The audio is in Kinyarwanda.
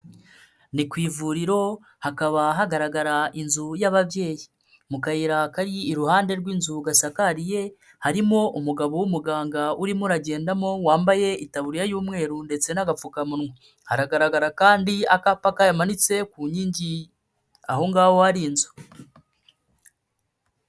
Ni ku ivuriro hakaba hagaragara inzu y'ababyeyi, mu kayira kari iruhande rw'inzu gasakariye harimo umugabo w'umuganga urimo uragendamo wambaye itaburiya y'umweru ndetse n'agapfukamunwa, haragaragara kandi akapa kamanitse ku nkingi aho ngaho hari inzu.